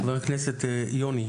חבר הכנסת יוני,